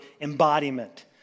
embodiment